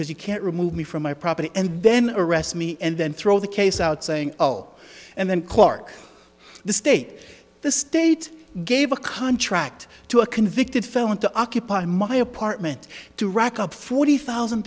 because you can't remove me from my property and then arrest me and then throw the case out saying oh and then clark the state the state gave a contract to a convicted felon to occupy my apartment to rack up forty thousand